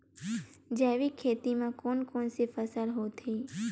जैविक खेती म कोन कोन से फसल होथे?